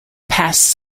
pass